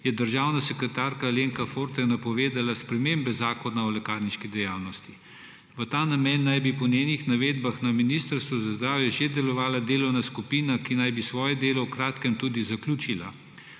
je državna sekretarka Alenka Forte napovedala spremembe Zakona o lekarniški dejavnosti. V ta namen naj bi po njenih navedbah na Ministrstvu za zdravje že delovala delovna skupina, ki naj bi svoje delo v kratkem tudi zaključila.